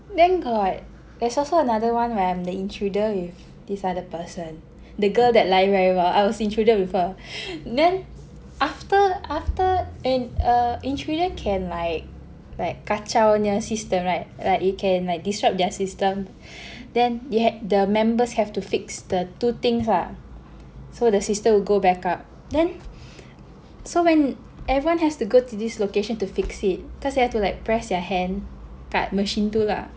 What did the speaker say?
then got there's also another one where I'm the intruder with this other person the girl that lying very well I was the intruder with her then after after in~ err intruder can like like kacau dia punya system right like you can like disrupt their system then they had the members have to fix the two things lah so the system will go back up then so when everyone has to go to this location to fix it because you have to like press your hand dekat machine itu lah